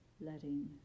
letting